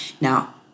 now